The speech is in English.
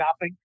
shopping